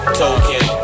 token